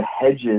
hedges